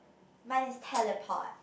mine is teleport